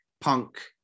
Punk